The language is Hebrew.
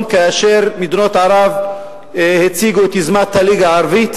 כאשר מדינות ערב הציגו את יוזמת הליגה הערבית,